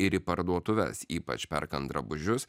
ir į parduotuves ypač perkant drabužius